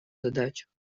задачах